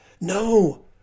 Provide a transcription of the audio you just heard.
No